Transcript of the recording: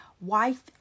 wife